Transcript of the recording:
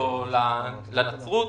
בחשיבותו לנצרות.